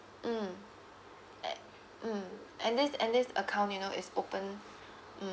mm and mm and this and this account you know it's open mm